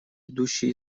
идущие